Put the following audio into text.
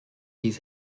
his